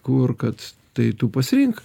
kur kad tai tu pasirink